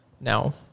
now